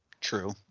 True